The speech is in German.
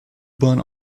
bahn